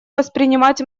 воспринимать